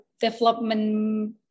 development